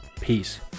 Peace